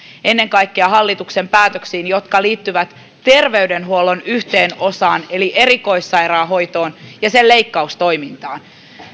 ennen kaikkea hallituksen päätöksiin jotka liittyvät terveydenhuollon yhteen osaan eli erikoissairaanhoitoon ja sen leikkaustoimintaan